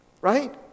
Right